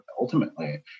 ultimately